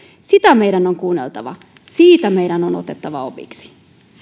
sitä meidän on kuunneltava siitä meidän on otettava opiksi